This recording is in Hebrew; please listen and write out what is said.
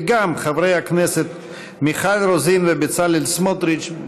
וגם חברי הכנסת מיכל רוזין ובצלאל סמוטריץ.